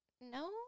no